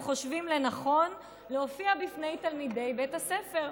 חושבים לנכון להופיע בפני תלמידי בית הספר.